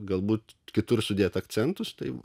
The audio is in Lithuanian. galbūt kitur sudėti akcentus taip